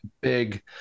big